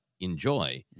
enjoy